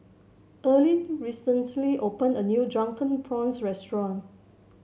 Earlean recently opened a new Drunken Prawns restaurant